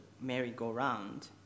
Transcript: merry-go-round